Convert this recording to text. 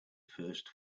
first